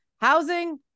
Housing